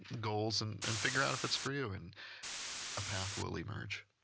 goals and and figure out if it's for you, and a path will emerge.